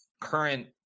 current